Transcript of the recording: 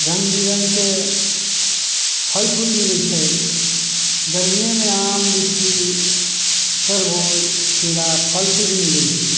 रङ्गबिरङ्गके फल फूल मिलै छै गरमिएमे आम लिच्ची तरबूज खीरा फल फूल भी मिलै छै